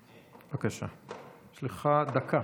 בבקשה, יש לך דקה.